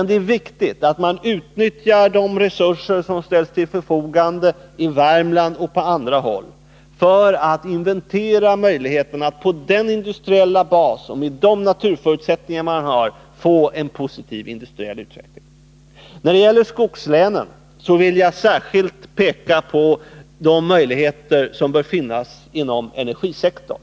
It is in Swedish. Det är viktigt att man i Värmland och på andra håll utnyttjar de resurser som ställs till förfogande och inventerar möjligheterna att på den industriella bas och med de naturförutsättningar man har få en positiv industriell utveckling. När det gäller skogslänen vill jag särskilt peka på de möjligheter som finns inom energisektorn.